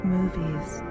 Movies